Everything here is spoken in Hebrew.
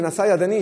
זה נעשה ידני,